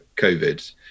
COVID